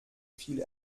viel